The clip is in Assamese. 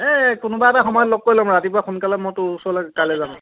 এই কোনোবা এটা সময়ত লগ কৰি ল'ম ৰাতিপুৱা সোনকালে মই তোৰ ওচৰলে কাইলে যাম